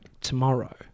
tomorrow